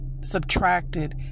subtracted